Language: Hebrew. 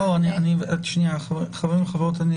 חברים וחברות,